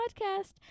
podcast